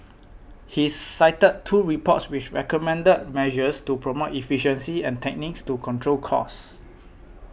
he cited two reports which recommended measures to promote efficiency and techniques to control costs